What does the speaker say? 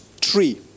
three